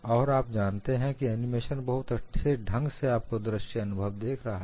और आप जानते हैं कि एनिमेशन बहुत अच्छे ढंग से आपको दृश्य अनुभव दे रहा है